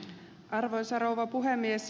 arvoisa rouva puhemies